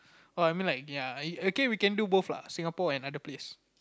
oh I mean like ya I okay we can do both lah Singapore and other place